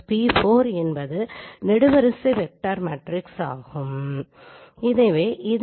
எனவே இவைகள் வெவ்வேறு வழிகளில் இந்த திட்ட மெட்ரிக்ஸைக் குறிப்பதற்கான வடிவங்கள் என்பதனை நாம் புரிந்து கொள்ளலாம்